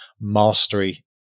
mastery